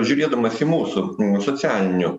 žiūrėdamas į mūsų socialinių